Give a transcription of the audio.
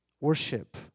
worship